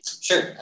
Sure